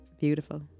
beautiful